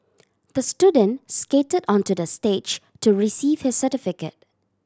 the student skated onto the stage to receive his certificate